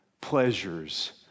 pleasures